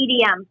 EDM